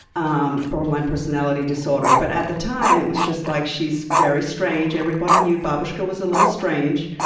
um borderline personality disorder. but at the time, it was just like she's very strange. everybody knew babushka was a little strange.